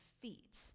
feet